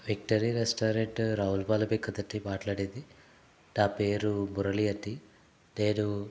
victory restaurant రావులపాలమే కదండి మాట్లాడేది నా పేరు మురళి అండి నేను